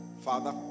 Father